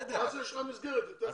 אז יש לך מסגרת יותר קטנה.